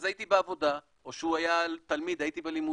אז היה בעבודה, או שהוא תלמיד: הייתי בלימודים,